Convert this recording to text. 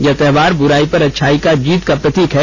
यह त्योहार बुराई पर अच्छाई की जीत का प्रतीक है